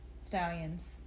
stallions